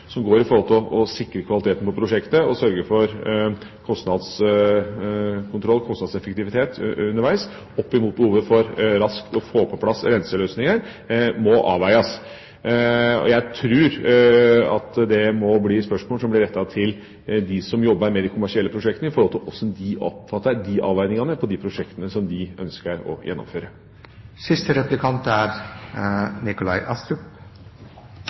som går på å sikre kvaliteten på prosjektet og sørge for kostnadskontroll/kostnadseffektivitet underveis, må avveies opp mot behovet for raskt å få på plass renseløsninger. Jeg tror at det er spørsmål som må bli rettet til dem som jobber med de kommersielle prosjektene, når det gjelder hvordan de oppfatter de avveiningene på de prosjektene som de ønsker å